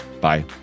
bye